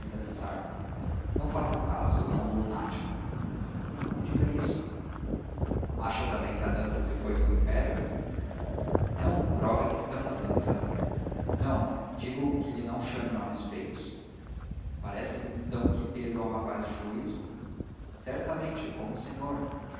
dançar não faça caso é um lunático não diga isso acha também que a dança se foi com o império não a prova é que estamos dançando não digo que lhe não chame nomes feios parece-lhe então que pedro é um rapaz de juízo certamente como o senhor